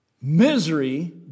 Misery